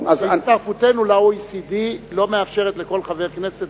הצטרפותנו ל-OECD לא מאפשרת לכל חבר כנסת